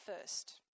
first